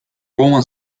roman